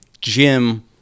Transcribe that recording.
gym